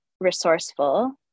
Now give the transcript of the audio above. resourceful